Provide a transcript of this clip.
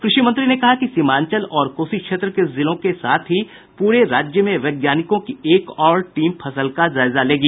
कृषि मंत्री ने कहा कि सीमांचल और कोसी क्षेत्र के जिलों के साथ ही पूरे राज्य में वैज्ञानिकों की एक और टीम फसल का जायजा लेगी